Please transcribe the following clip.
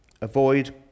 avoid